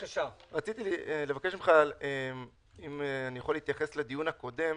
היושב-ראש, רציתי לבקש ממך להתייחס לדיון הקודם.